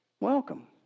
Welcome